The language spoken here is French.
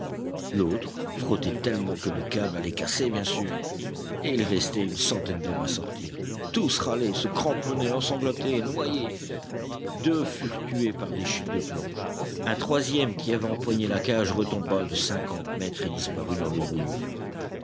l'autre frottait tellement que le câble allait casser bien sûr et il restait une centaine d'hommes à sortir tous râlaient se cramponnaient ensanglantés noyés deux furent tués par des chutes de planches un troisième qui avait empoigné la cage retomba de cinquante mètres et disparut dans le